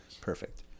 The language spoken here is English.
Perfect